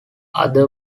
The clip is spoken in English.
other